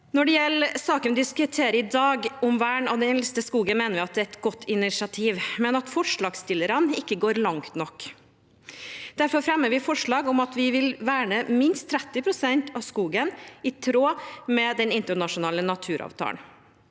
Når det gjelder saken vi diskuterer i dag, om vern av den eldste skogen, mener vi at det er et godt initiativ, men at forslagsstillerne ikke går langt nok. Derfor fremmer vi forslag om at vi vil verne minst 30 pst. av skogen, i tråd med den internasjonale naturavtalen.